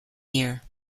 year